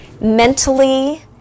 mentally